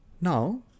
Now